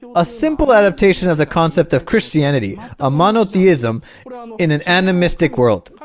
ah a simple adaptation of the concept of christianity a monotheism you know um in an animistic world